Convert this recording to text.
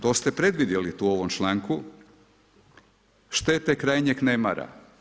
To ste predvidjeli tu u ovom članku, šteta krajnjeg nemara.